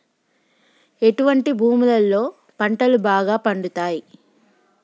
ఎటువంటి భూములలో పంటలు బాగా పండుతయ్?